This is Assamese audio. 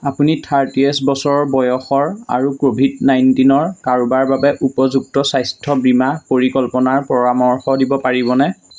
আপুনি থাৰ্টি ইয়েৰছ্ বছৰ বয়সৰ আৰু কোভিড নাইটিনৰ কাৰোবাৰ বাবে উপযুক্ত স্বাস্থ্য বীমা পৰিকল্পনাৰ পৰামৰ্শ দিব পাৰিবনে